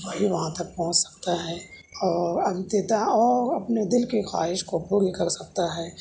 وہی وہاں تک پہنچ سکتا ہے اور انتتہہ اور اپنے دل کی خواہش کو پوری کر سکتا ہے